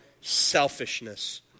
Selfishness